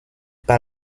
pas